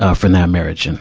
ah, from that marriage. and